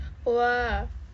!wah!